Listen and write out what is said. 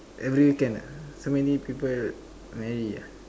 every weekend ah so many people marry ah